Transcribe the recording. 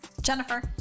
Jennifer